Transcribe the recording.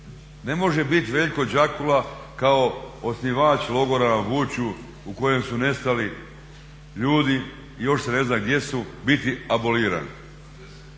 Ne može bit Veljko Džakula kao osnivač logora … u kojem su nestali ljudi, još se ne zna gdje su, biti aboliran.